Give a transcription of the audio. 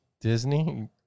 Disney